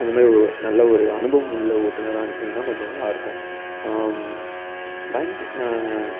அந்த மாதிரி ஒ நல்ல ஒரு அனுபவம்முல்ல ஓட்டுனராக அனுப்புனீங்கன்னா கொஞ்சம் நல்லாயிருக்கும் வண்டி நான்